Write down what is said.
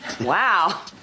wow